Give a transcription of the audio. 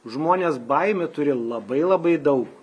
žmonės baimių turi labai labai daug